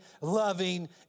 loving